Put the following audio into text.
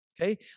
Okay